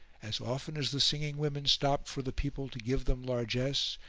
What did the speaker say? as often as the singing-women stopped for the people to give them largesse,